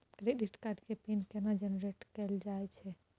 Credit card के pin केना generate कैल जाए छै?